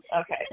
Okay